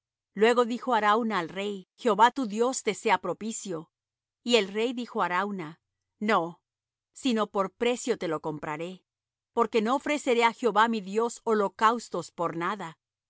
luego dijo arauna al rey jehová tu dios te sea propicio y el rey dijo á arauna no sino por precio te lo compraré porque no ofreceré á jehová mi dios holocaustos por nada